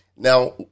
Now